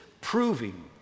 proving